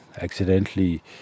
accidentally